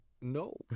no